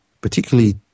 particularly